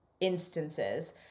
instances